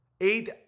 Eight